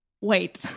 wait